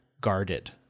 guarded